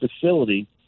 facility